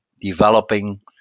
developing